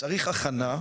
צריך הכנה.